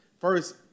first